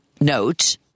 note